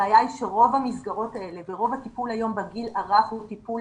הבעיה היא שרוב המסגרות האלה ורוב הטיפול היום בגיל הרך הוא טיפול